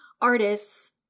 artists